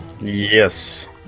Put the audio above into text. Yes